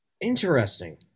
Interesting